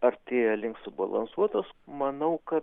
artėja link subalansuotos manau kad